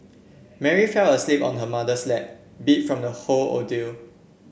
Mary fell asleep on her mother's lap beat from the whole ordeal